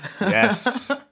Yes